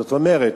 זאת אומרת,